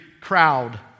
crowd